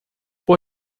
por